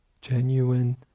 genuine